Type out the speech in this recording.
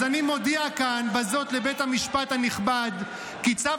אז אני מודיע כאן בזאת לבית המשפט הנכבד כי צו